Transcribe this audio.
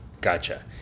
Gotcha